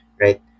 right